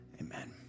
Amen